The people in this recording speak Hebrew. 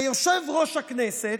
ויושב-ראש הכנסת,